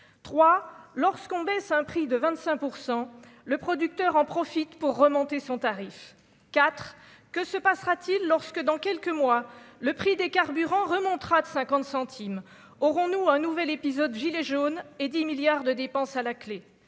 lorsqu'on baisse un prix de 25 pour 100 le producteur en profite pour remonter son tarif IV, que se passera-t-il lorsque, dans quelques mois, le prix des carburants remontera de 50 centimes aurons-nous un nouvel épisode gilets jaunes et 10 milliards de dépenses à la clé